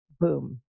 Boom